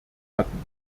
hatten